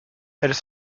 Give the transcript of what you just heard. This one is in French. elles